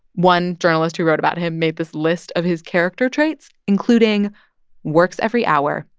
one journalist who wrote about him made this list of his character traits, including works every hour,